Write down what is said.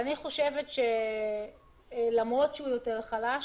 אני חושבת שלמרות שבקיץ הווירוס חלש